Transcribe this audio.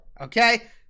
okay